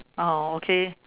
oh okay